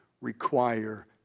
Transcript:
require